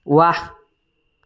ৱাহ